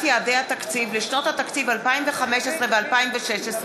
יעדי התקציב לשנות התקציב 2015 ו-2016)